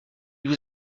vous